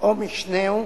או משנהו